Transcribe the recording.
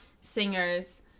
singers